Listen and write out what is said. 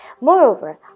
Moreover